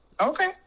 Okay